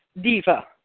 diva